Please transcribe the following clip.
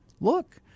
look